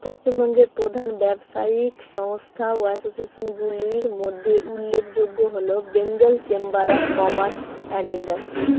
পশ্চিমবঙ্গের প্রধান ব্যবসায়িক সংস্থা ও অ্যাসোসিয়েশনগুলির মধ্যে উল্লেখযোগ্য হল Bengal chamber of commerce and industry